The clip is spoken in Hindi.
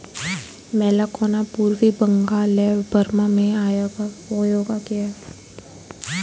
मैलाकोना पूर्वी बंगाल एवं बर्मा में उगाया जाता है